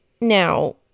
Now